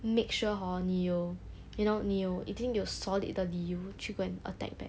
make sure hor 你有 you know 你有已经有 solid 的理由去 go and attack back